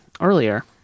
earlier